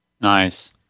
nice